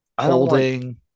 holding